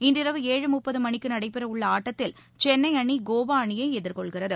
இன்று இரவு ஏழு முப்பது மணிக்கு நடைபெறவுள்ள ஆட்டத்தில் சென்னை அணி கோவா அணியை எதிர்கொள்கிறது